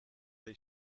les